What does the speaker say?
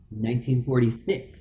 1946